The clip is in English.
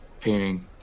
painting